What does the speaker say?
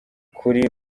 kuri